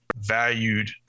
valued